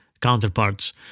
counterparts